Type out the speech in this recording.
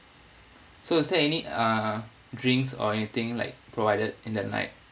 so is there any uh drinks or anything like provided in the night